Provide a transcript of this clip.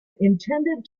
intended